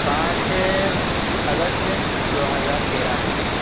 پانچ اگست دو ہزار تیرہ